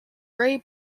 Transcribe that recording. ray